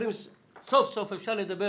סוף סוף אפשר לדבר